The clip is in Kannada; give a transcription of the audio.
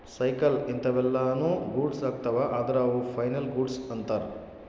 ಸೈಕಲ್ ಇಂತವೆಲ್ಲ ನು ಗೂಡ್ಸ್ ಅಗ್ತವ ಅದ್ರ ಅವು ಫೈನಲ್ ಗೂಡ್ಸ್ ಅಂತರ್